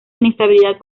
inestabilidad